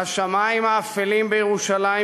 והשמים האפלים בירושלים,